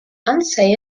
unsay